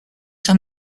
time